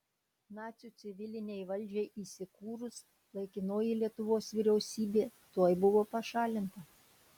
nacių civilinei valdžiai įsikūrus laikinoji lietuvos vyriausybė tuoj buvo pašalinta